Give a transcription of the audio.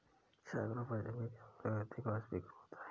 सागरों पर जमीन के मुकाबले अधिक वाष्पीकरण होता है